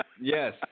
Yes